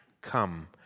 come